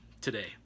today